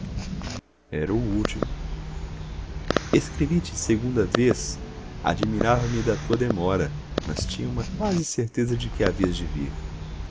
era o último escrevi te segunda vez admirava me da tua demora mas tinha uma quase certeza de que havias de vir